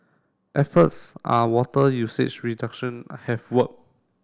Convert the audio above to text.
efforts are water usage reduction have worked